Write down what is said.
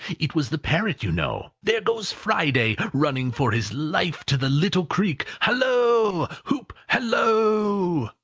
it was the parrot, you know. there goes friday, running for his life to the little creek! halloa! hoop! halloo!